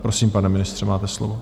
Prosím, pane ministře, máte slovo.